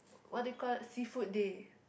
what do you call it Seafood day